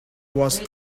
was